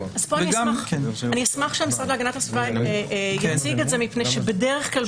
אני אשמח שהמשרד להגנת הסביבה יציג את זה מפני שבדרך כלל,